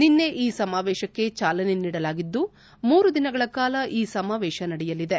ನಿನ್ನೆ ಈ ಸಮಾವೇಶಕ್ಕೆ ಚಾಲನೆ ನೀಡಲಾಗಿದ್ದು ಮೂರು ದಿನಗಳ ಕಾಲ ಈ ಸಮಾವೇಶ ನಡೆಯಲಿದೆ